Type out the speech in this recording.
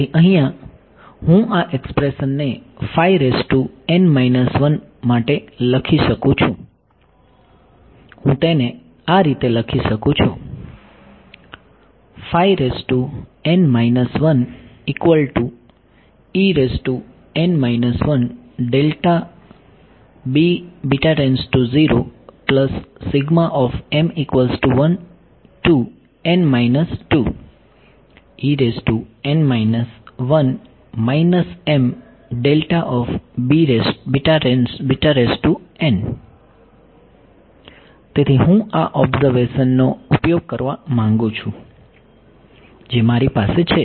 તેથી અહિયાં હું આ એક્સપ્રેશનને માટે લખી શકું છું હું તેને આ રીતે લખી શકું છું તેથી હું આ ઓબ્ઝર્વેશન નો ઉપયોગ કરવા માંગુ છું જે મારી પાસે છે